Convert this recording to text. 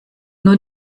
nur